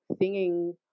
singing